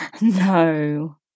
No